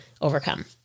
overcome